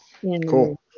cool